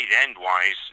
end-wise